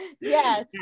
yes